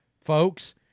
Folks